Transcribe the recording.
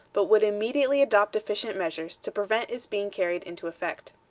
but would immediately adopt efficient measures to prevent its being carried into effect.